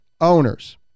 owners